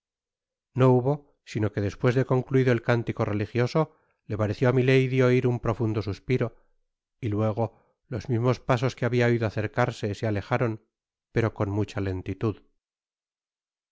no hubo sino que despues de concluido el cántico religioso le pareció á milady oir un profundo suspiro y luego los mismos pasos que habia oido acercarse se alejaron pero con mucha lentitud